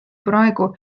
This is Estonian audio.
praegu